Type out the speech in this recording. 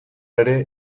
ere